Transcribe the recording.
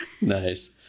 nice